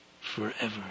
forever